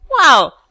wow